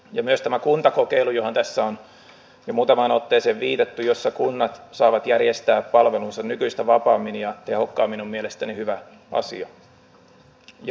myös tämä kuntakokeilu johon tässä on jo muutamaan otteeseen viitattu jossa kunnat saavat järjestää palvelunsa nykyistä vapaammin ja tehokkaammin on mielestäni hyvä asia